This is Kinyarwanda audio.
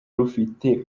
rufite